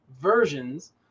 versions